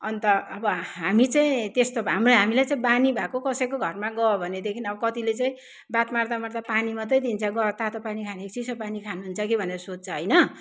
अन्त अब हामी चाहिँ त्यस्तो हामीलाई चाहिँ बानी भएको कसैको घरमा गयो भनेदेखि अब कतिले चाहिँ बात मार्दा मार्दा पानी मात्रै दिन्छ तातो पानी खाने कि चिया पानी खानु हुन्छ कि भनेर सोध्छ होइन